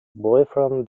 boyfriend